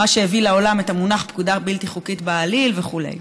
מה שהביא לעולם את המונח "פקודה בלתי חוקית בעליל" וכו'.